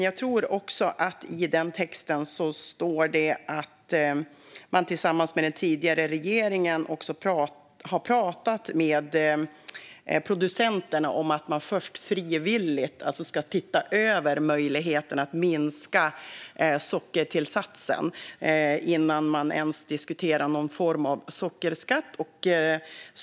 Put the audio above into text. Jag tror att det i texten står att man tillsammans med den tidigare regeringen har talat med producenterna om att man först frivilligt ska titta över möjligheten att minska sockertillsatsen innan man ens diskuterar någon form av sockerskatt.